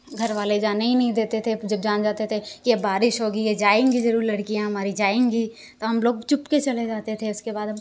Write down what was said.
घर वाले जाने ही नहीं देते थे जब जान जाते थे कि अब बारिश होगी ये जाएँगी ज़रूर लड़कियाँ हमारी जाएगी तो हम लोग चुपके से चले जाते थे उसके बाद हम